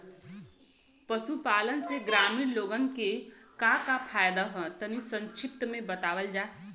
पशुपालन से ग्रामीण लोगन के का का फायदा ह तनि संक्षिप्त में बतावल जा?